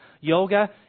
Yoga